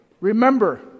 remember